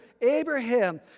Abraham